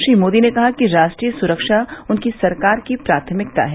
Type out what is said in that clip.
श्री मोदी ने कहा कि राष्ट्रीय सुरक्षा उनकी सरकार की प्राथमिकता है